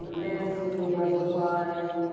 nancy, bev ah cline,